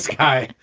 hi,